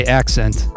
accent